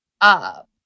up